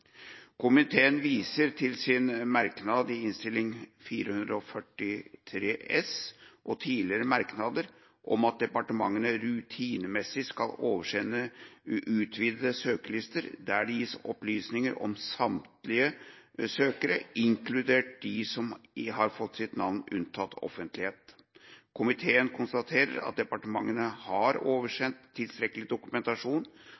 Komiteen viser til sin merknad i Innst. 443 S og tidligere merknader om at departementene rutinemessig skal oversende utvidede søkerlister, der det gis opplysninger om samtlige søkere, inkludert dem som har fått sitt navn unntatt offentlighet. Komiteen konstaterer at departementene har